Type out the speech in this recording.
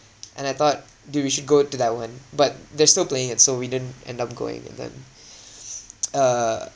and I thought dude we should go to that one but they're still playing it so we didn't end up going and then uh